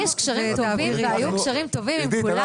לי יש קשרים טובים והיו קשרים טובים עם כולם,